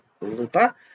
Lupa